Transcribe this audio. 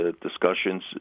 discussions